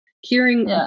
hearing